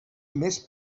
més